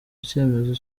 icyemezo